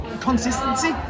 Consistency